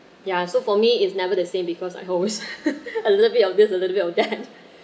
ya so for me is never the same because I always a little bit of this a little bit of that